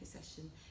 session